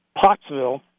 Pottsville